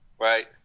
Right